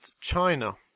China